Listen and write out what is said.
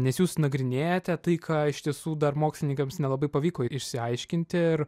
nes jūs nagrinėjate tai ką iš tiesų dar mokslininkams nelabai pavyko išsiaiškinti ir